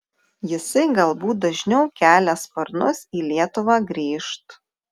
jisai galbūt dažniau kelia sparnus į lietuvą grįžt